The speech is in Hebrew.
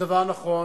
הדבר נכון